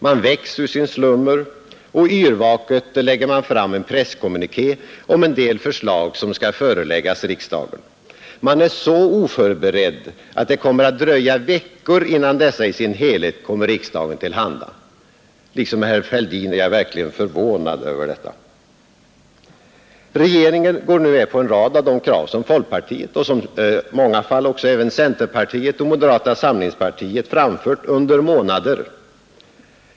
Man väcks ur sin slummer, och yrvaket lägger man fram en presskommuniké om en del förslag som skall föreläggas riksdagen. Man är så oförberedd att det kommer att dröja veckor innan dessa i sin helhet kommer riksdagen till handa. Liksom herr Fälldin är jag verkligen förvånad över detta. Regeringen går nu med på en rad av de krav som folkpartiet och i många fall även centerpartiet och moderata samlingspartiet framfört under månader.